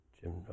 Jim